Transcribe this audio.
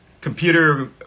computer